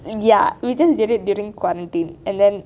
ya we just did during quantity and then